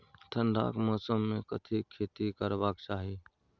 ठंडाक मौसम मे कथिक खेती करबाक चाही?